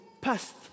past